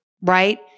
right